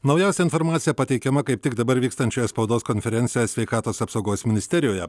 naujausia informacija pateikiama kaip tik dabar vykstančioje spaudos konferencijoje sveikatos apsaugos ministerijoje